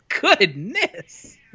goodness